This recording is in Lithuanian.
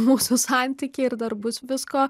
mūsų santyky ir dar bus visko